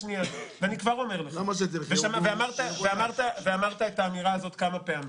אני כבר אומר לך, אמרת את האמירה הזאת כמה פעמים,